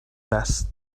best